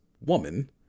woman